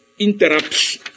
interrupts